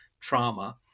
trauma